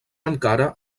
encara